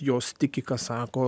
jos tiki ką sako